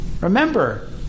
Remember